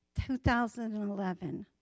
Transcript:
2011